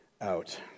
out